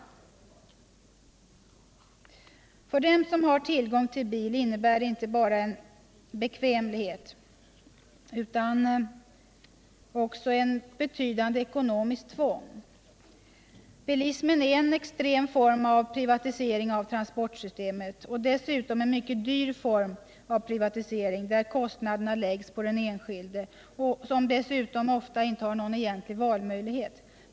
För dem som har tillgång till bil innebär den inte bara bekvämlighet, utan också ett betydande ekonomiskt tvång. Bilismen är en extrem form av privatisering av transportsystemet, och dessutom en mycket dyr form av privatisering där kostnaderna läggs på den enskilde, som ofta inte heller har någon egentlig valmöjlighet.